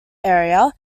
area